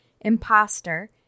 Imposter